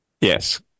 Yes